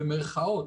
במירכאות,